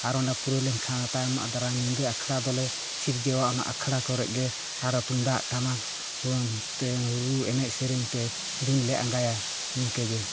ᱟᱨ ᱚᱱᱟ ᱯᱩᱨᱟᱹᱣ ᱞᱮᱱ ᱠᱷᱟᱱ ᱚᱱᱟ ᱛᱚᱭᱚᱢ ᱟᱫᱚ ᱧᱤᱫᱟᱹ ᱟᱠᱷᱲᱟ ᱫᱚᱞᱮ ᱥᱤᱨᱡᱟᱹᱣᱟ ᱚᱱᱟ ᱟᱠᱷᱲᱟ ᱠᱚᱨᱮᱜ ᱜᱮ ᱟᱨ ᱦᱚᱸ ᱛᱩᱢᱫᱟᱜ ᱴᱟᱢᱟᱠ ᱟᱛᱮ ᱨᱩ ᱮᱱᱮᱡ ᱥᱮᱨᱮᱧ ᱛᱮ ᱫᱤᱱ ᱞᱮ ᱟᱸᱜᱟᱭᱟ ᱱᱤᱝᱠᱟᱹᱜᱮ